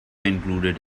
included